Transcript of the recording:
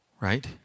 Right